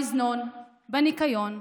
במזנון, בניקיון,